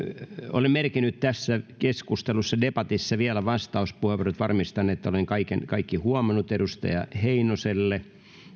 olen merkinnyt tässä keskustelussa debatissa vielä vastauspuheenvuorot varmistan että olen kaikki huomannut edustaja heinoselle